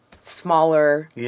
smaller